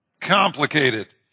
Complicated